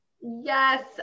Yes